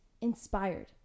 inspired